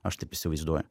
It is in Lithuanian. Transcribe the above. aš taip įsivaizduoju